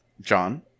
John